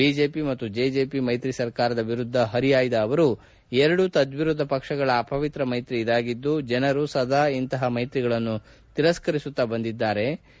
BJP ಮತ್ತು JJP ಮೈತ್ರಿ ಸರ್ಕಾರದ ವಿರುದ್ದ ಹರಿಹಾಯ್ದ ಅವರು ಎರಡು ತದ್ವಿರುದ್ದ ಪಕ್ಷಗಳ ಅಪವಿತ್ರ ಮೈತ್ರಿ ಇದಾಗಿದ್ದು ಜನರು ಸದಾ ಇಂತಹ ಮೈತ್ರಿಗಳನ್ನು ತಿರಸ್ನರಿಸುತ್ತಾ ಬಂದಿದ್ದಾರೆ ಎಂದರು